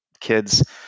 kids